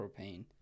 propane